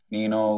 Nino